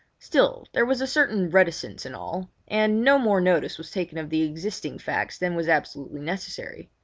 still there was a certain reticence in all, and no more notice was taken of the existing facts than was absolutely necessary.